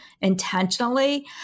intentionally